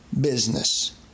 business